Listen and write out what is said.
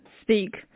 speak